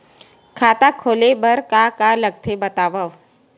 खाता खोले बार का का लगथे बतावव?